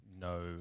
no